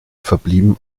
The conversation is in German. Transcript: verblieben